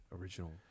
original